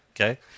okay